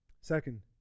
Second